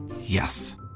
Yes